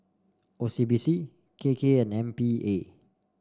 O C B C K K and M P A